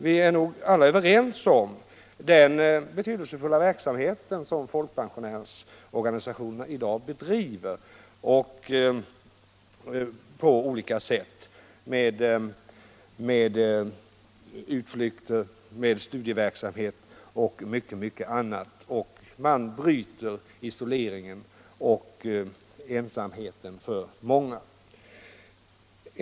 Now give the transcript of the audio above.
Vi är nog alla överens om den betydelsefulla verksamhet som folkpensionsorganisationerna i dag bedriver på olika sätt — genom utflykter, studieverksamhet och mycket annat — varigenom isoleringen och ensamheten kan brytas för många.